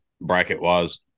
bracket-wise